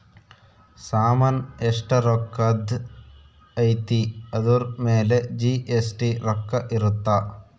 ಸಾಮನ್ ಎಸ್ಟ ರೊಕ್ಕಧ್ ಅಯ್ತಿ ಅದುರ್ ಮೇಲೆ ಜಿ.ಎಸ್.ಟಿ ರೊಕ್ಕ ಇರುತ್ತ